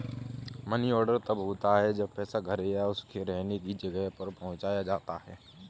money order तब होता है जब पैसा घर या उसके रहने की जगह पर पहुंचाया जाता है